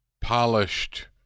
polished